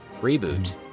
Reboot